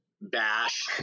bash